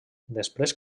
després